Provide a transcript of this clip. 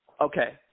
Okay